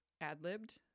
ad-libbed